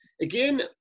again